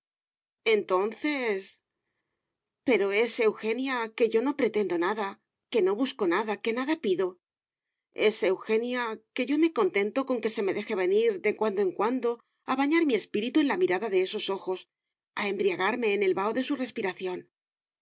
entonces pero es eugenia que yo no pretendo nada que no busco nada que nada pido es eugenia que yo me contento con que se me deje venir de cuando en cuando a bañar mi espíritu en la mirada de esos ojos a embriagarme en el vaho de su respiración